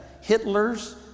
Hitler's